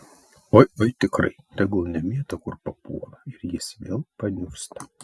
oi oi tikrai tegul nemėto kur papuola ir jis vėl paniursta